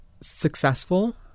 successful